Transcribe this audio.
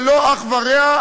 ללא אח ורע,